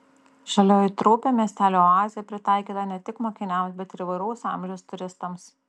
žalioji traupio miestelio oazė pritaikyta ne tik mokiniams bet ir įvairaus amžiaus turistams